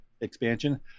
expansion